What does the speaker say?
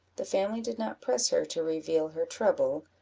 the family did not press her to reveal her trouble,